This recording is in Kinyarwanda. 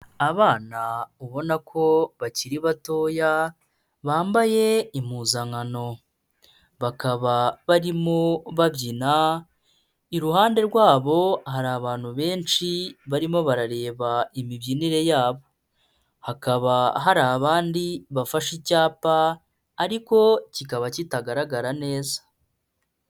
Abana ubona ko bakiri batoya bambaye impuzankano, bakaba barimo babyina, iruhande rwabo hari abantu benshi barimo barareba imibyinire yabo, hakaba hari abandi bafashe icyapa ariko kikaba kitagaragara neza.